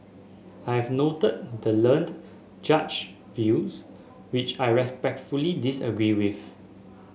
I have noted the learned Judge views which I respectfully disagree with